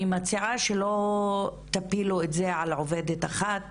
אני מציעה שלא תפילו את זה על עובדת אחת,